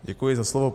Děkuji za slovo.